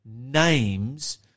names